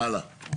הלאה.